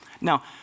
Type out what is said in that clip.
Now